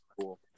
cool